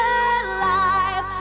alive